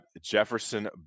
Jefferson